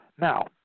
now